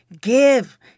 Give